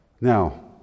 Now